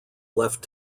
left